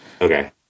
Okay